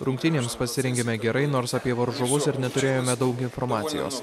rungtynėms pasirengėme gerai nors apie varžovus ir neturėjome daug informacijos